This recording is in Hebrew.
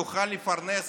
תוכל לפרנס